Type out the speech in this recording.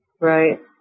Right